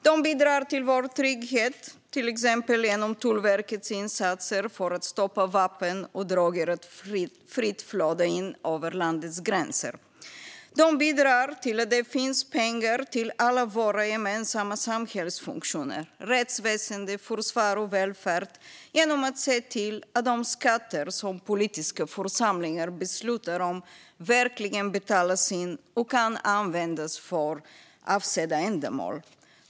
De bidrar till vår trygghet, till exempel genom Tullverkets insatser för att stoppa vapen och droger att fritt flöda in över landets gränser. De bidrar till att det finns pengar till alla våra gemensamma samhällsfunktioner, såsom rättsväsen, försvar och välfärd, genom att se till att de skatter som politiska församlingar beslutar om verkligen betalas in och kan användas för avsedda ändamål.